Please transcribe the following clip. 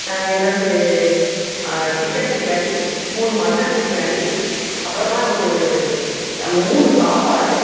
இரண்டு சிக்கன் பிரியாணி மூணு மட்டன் பிரியாணி அப்புறமா ஒரு மூணு சாப்பாடு